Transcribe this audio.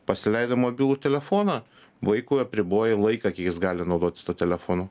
pasileidai mobilų telefoną vaikui apriboji laiką kiek jis gali naudotis tuo telefonu